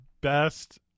best